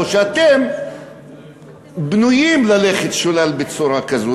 או שאתם בנויים ללכת שולל בצורה כזו,